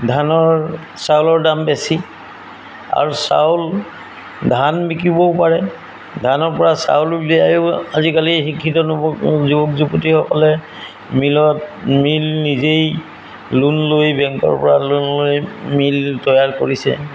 ধানৰ চাউলৰ দাম বেছি আৰু চাউল ধান বিকিবও পাৰে ধানৰ পৰা চাউল উলিয়াইও আজিকালি শিক্ষিত নুব যুৱক যুৱতীসকলে মিলত মিল নিজেই লোন লৈ বেংকৰ পৰা লোন লৈ মিল তৈয়াৰ কৰিছে